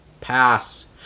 pass